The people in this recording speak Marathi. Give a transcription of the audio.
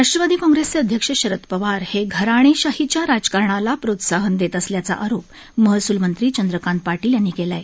राष्ट्रवादी काँग्रेसचे अध्यक्ष शरद पवार हे घराणेशाहीच्या राजकारणाला प्रोत्साहन देत असल्याचा आरोप महसूल मंत्री चंद्रकांत पाटील यांनी केला आहे